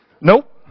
nope